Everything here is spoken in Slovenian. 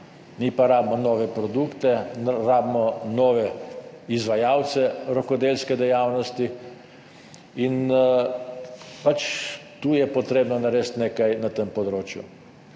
mi pa potrebujemo nove produkte, nove izvajalce rokodelske dejavnosti in tu je treba narediti nekaj na tem področju.